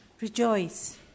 Rejoice